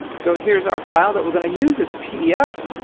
so here's our file that we're going to use it's a pdf.